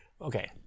Okay